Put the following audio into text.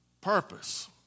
purpose